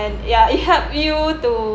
and ya it help you to